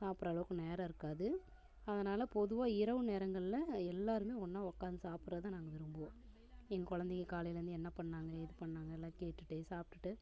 சாப்பிடுற அளவுக்கு நேரம் இருக்காது அதனால் பொதுவாக இரவு நேரங்களில் எல்லோருமே ஒன்றா உட்காந்து சாப்பிடுறதை நாங்கள் விரும்புவோம் எங்கள் குழந்தைங்க காலையிலருந்து என்ன பண்ணாங்க ஏது பண்ணாங்க அதெலாம் கேட்டுவிட்டே சாப்டுவிட்டு